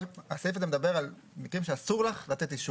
הסעיף הזה מדבר על מקרים שאסור לך לתת אישור.